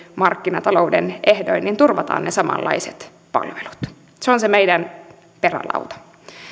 markkinatalouden ehdoin turvataan ne samanlaiset palvelut se on se meidän perälautamme